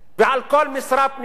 ועל כל משרה פנויה,